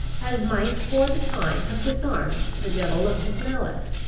as might for the time have disarmed the devil of his malice.